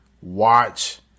watch